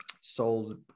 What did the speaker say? sold